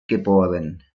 geboren